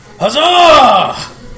Huzzah